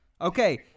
okay